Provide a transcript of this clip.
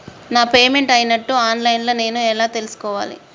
నా పేమెంట్ అయినట్టు online లా నేను ఎట్ల చూస్కోవాలే?